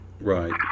Right